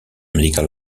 medical